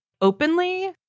openly